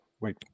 wait